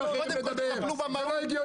--- קודם כל תטפלו במהות.